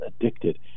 addicted